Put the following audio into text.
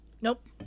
Nope